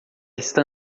está